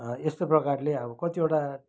यस्तै प्रकारले अब कतिवटा